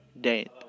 date